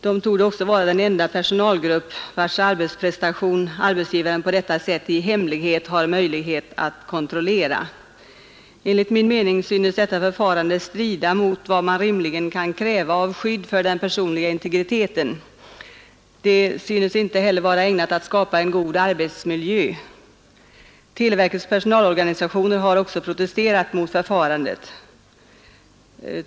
De torde också vara den enda personalgrupp vars arbetsprestation arbetsgivaren på detta sätt i hemlighet har möjlighet att kontrollera. Detta förfarande synes strida mot vad man rimligen kan kräva av skydd för den personliga integriteten. Det synes inte heller vara ägnat att skapa en god arbetsmiljö. Televerkets personalorganisation har också protesterat mot detta förfarande.